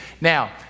Now